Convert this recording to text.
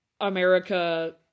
America